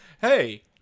hey